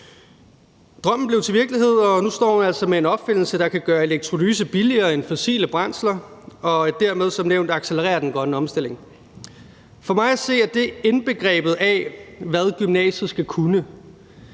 Drømmen blev til virkelighed, og nu står man altså med en opfindelse, der kan gøre elektrolyse billigere end fossile brændsler, og som dermed som nævnt kan accelerere den grønne omstilling. For mig at se er det indbegrebet af, hvad gymnasiet skal kunne.